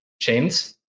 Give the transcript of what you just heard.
chains